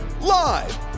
Live